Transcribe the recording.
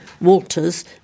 Walters